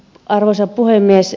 arvoisa puhemies